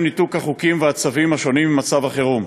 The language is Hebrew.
ניתוק החוקים והצווים השונים ממצב החירום.